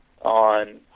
on